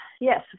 yes